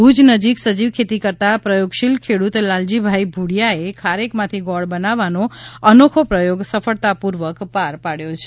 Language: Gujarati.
ભુજ નજીક સજીવ ખેતી કરતાં પ્રયોગશીલ ખેડૂત લાલજીભાઈ ભુડિયાએ ખારેકમાંથી ગોળ બનાવવાનો અનોખો પ્રયોગ સફળતાપૂર્વક પાર પાડ્યો છે